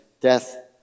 death